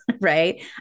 right